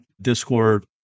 Discord